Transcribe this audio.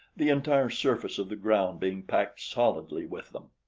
the entire surface of the ground being packed solidly with them.